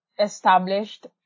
established